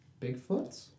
Bigfoots